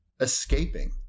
escaping